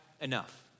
enough